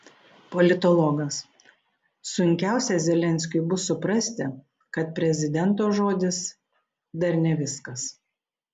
politologas sunkiausia zelenskiui bus suprasti kad prezidento žodis dar ne viskas